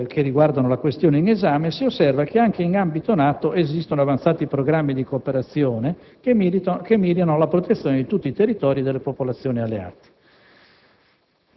che riguardano la questione in esame, si osserva che anche in ambito NATO esistono avanzati programmi di cooperazione che mirano alla protezione di tutti i territori e delle popolazioni alleate.